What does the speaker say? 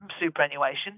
superannuation